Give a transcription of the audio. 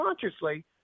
consciously